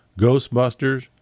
Ghostbusters